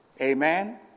Amen